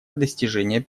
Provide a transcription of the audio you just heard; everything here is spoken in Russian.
достижения